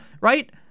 right